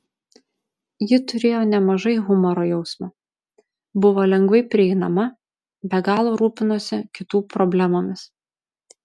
ji turėjo nemažai humoro jausmo buvo lengvai prieinama be galo rūpinosi kitų problemomis